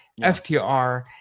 FTR